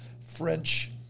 French